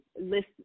list